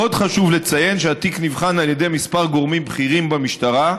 עוד חשוב לציין שהתיק נבחן על ידי כמה גורמים בכירים במשטרה,